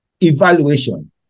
Evaluation